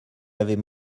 avait